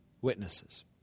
witnesses